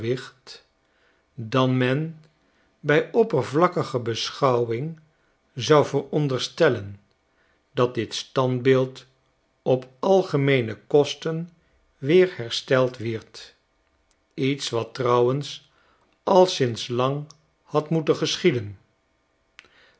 dan men bij oppervlakkige beschouwing zou veronderstellen dat dit standbeeld op algemeenekosten weerhersteld wierd iets wat trouwens al sinds lang had moeten geschieden